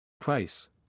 Price